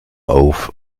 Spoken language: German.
auf